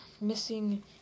missing